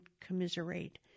commiserate